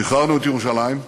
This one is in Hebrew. שחררנו את ירושלים,